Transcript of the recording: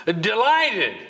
delighted